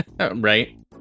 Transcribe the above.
Right